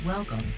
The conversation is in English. Welcome